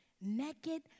naked